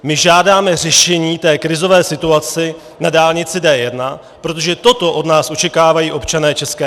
My žádáme řešení té krizové situace na dálnici D1, protože toto od nás očekávají občané ČR.